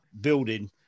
building